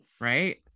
Right